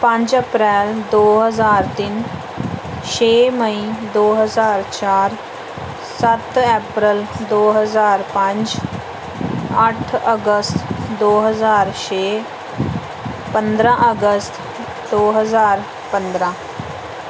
ਪੰਜ ਅਪ੍ਰੈਲ ਦੋ ਹਜ਼ਾਰ ਤਿੰਨ ਛੇ ਮਈ ਦੋ ਹਜ਼ਾਰ ਚਾਰ ਸੱਤ ਐਪਰਲ ਦੋ ਹਜ਼ਾਰ ਪੰਜ ਅੱਠ ਅਗਸਤ ਦੋ ਹਜ਼ਾਰ ਛੇ ਪੰਦਰ੍ਹਾਂ ਅਗਸਤ ਦੋ ਹਜ਼ਾਰ ਪੰਦਰ੍ਹਾਂ